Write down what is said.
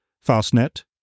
Fastnet